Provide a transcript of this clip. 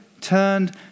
turned